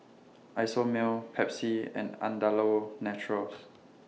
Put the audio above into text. Isomil Pepsi and Andalou Naturals